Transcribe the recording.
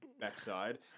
backside